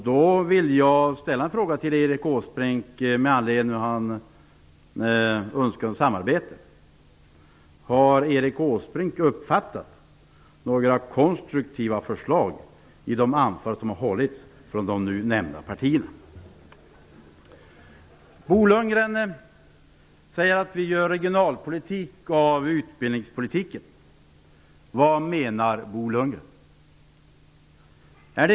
Då vill jag fråga Erik Åsbrink, med anledning av hans önskan om samarbete: Har Erik Åsbrink uppfattat några konstruktiva förslag i de anföranden som har hållits av företrädare för de nu nämnda partierna? Bo Lundgren säger att vi gör regionalpolitik av utbildningspolitiken. Vad menar Bo Lundgren?